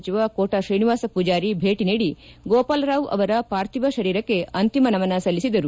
ಸಚಿವ ಕೋಟ ಶ್ರೀನಿವಾಸ ಪೂಜಾರಿ ಭೇಟಿ ನೀಡಿ ಗೋಪಾಲರಾವ್ ಅವರ ಪಾರ್ಧೀವ ಶರೀರಕ್ಷೆ ಅಂತಿಮ ನಮನ ಸಲ್ಲಿಸಿದರು